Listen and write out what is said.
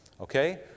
Okay